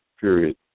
period